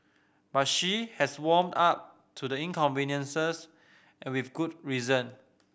but she has warmed up to the inconveniences and with good reason